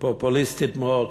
פופוליסטית מאוד.